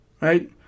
Right